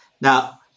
Now